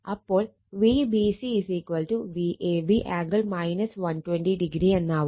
അപ്പോൾ Vbc Vab angle 120o എന്നാവും